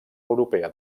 europea